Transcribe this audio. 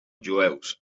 jueus